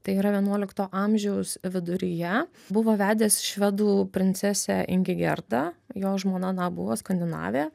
tai yra vienuolikto amžiaus viduryje buvo vedęs švedų princesę ingi gerdą jo žmona na buvo skandinavė